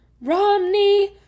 Romney